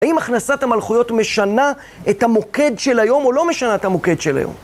האם הכנסת המלכויות משנה את המוקד של היום או לא משנה את המוקד של היום?